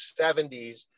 70s